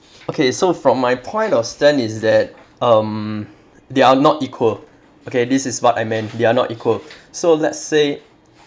okay so from my point of stand is that um they are not equal okay this is what I meant they are not equal so let's say